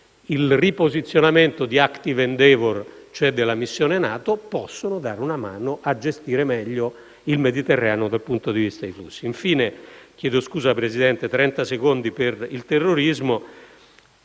il riposizionamento di Active endeavour, cioè della missione NATO, possono dare una mano a gestire il Mediterraneo dal punto di vista dei flussi. Infine, per quanto riguarda il tema del terrorismo,